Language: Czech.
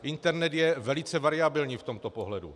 Internet je velice variabilní v tomto pohledu.